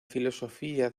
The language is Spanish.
filosofía